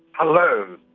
hello,